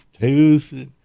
tooth